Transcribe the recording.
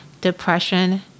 Depression